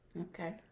Okay